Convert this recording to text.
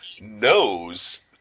knows